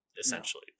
essentially